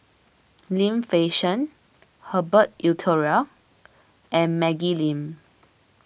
Lim Fei Shen Herbert Eleuterio and Maggie Lim